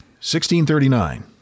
1639